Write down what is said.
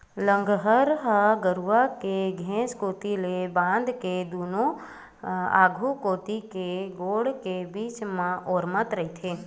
लांहगर ह गरूवा के घेंच कोती ले बांध के दूनों आघू कोती के गोड़ के बीच म ओरमत रहिथे